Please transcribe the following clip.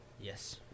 Yes